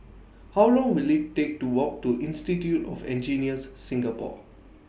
How Long Will IT Take to Walk to Institute of Engineers Singapore